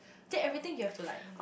then everything you have to like